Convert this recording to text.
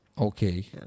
Okay